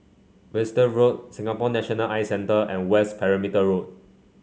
Wiltshire Road Singapore National Eye Centre and West Perimeter Road